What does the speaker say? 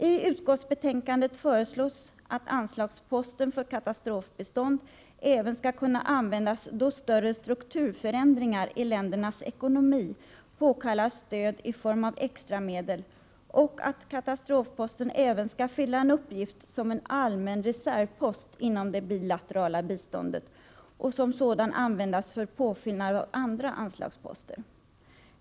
I utskottsbetänkandet föreslås att anslagsposten för katastrofbistånd även skall kunna användas då större strukturförändringar i ländernas ekonomi påkallar stöd i form av extra medel och att katastrofposten även skall kunna fylla uppgiften som en allmän reservpost inom det bilaterala biståndet och som sådan användas för påfyllnad av andra anslagsposter.